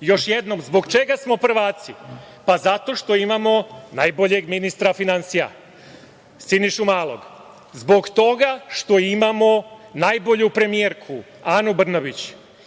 Još jednom, zbog čega smo prvaci? Pa, zato što imamo najboljeg ministra finansija, Sinišu Malog, zbog toga što imamo najbolju premijerku, Anu Brnabić